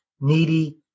needy